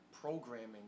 programming